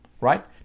right